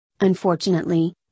Unfortunately